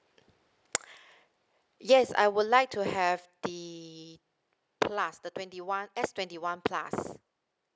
yes I would like to have the plus the twenty one S twenty one plus